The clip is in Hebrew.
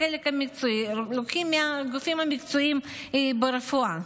החלק המקצועי מהגופים המקצועיים ברפואה.